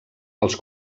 als